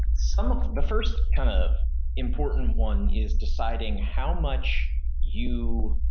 so the first kind of important one is deciding how much you